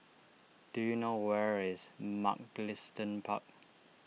do you know where is Mugliston Park